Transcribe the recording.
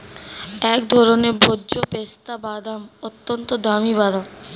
এক ধরনের ভোজ্য পেস্তা বাদাম, অত্যন্ত দামি বাদাম